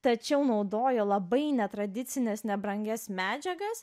tačiau naudojo labai netradicines nebrangias medžiagas